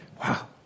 Wow